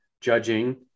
judging